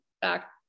back